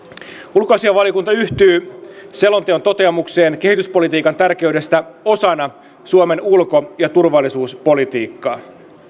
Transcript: ulkoasiainvaliokunta yhtyy selonteon toteamukseen kehityspolitiikan tärkeydestä osana suomen ulko ja turvallisuuspolitiikkaa